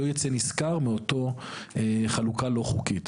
לא יצא נשכר מאותה חלוקה לא חוקית.